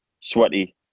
sweaty